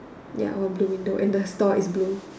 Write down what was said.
ya I want blue window and the store is blue